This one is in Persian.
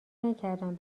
نکردم